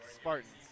Spartans